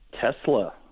Tesla